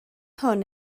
hwn